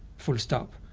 full stop.